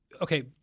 okay